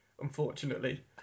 unfortunately